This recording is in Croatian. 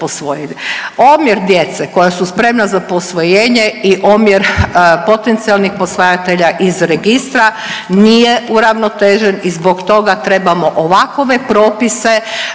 Omjer djece koja su spremna za posvojenje i omjer potencijalnih posvajatelja iz registra nije uravnotežen i zbog trebamo ovakove propise gdje